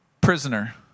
prisoner